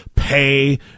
Pay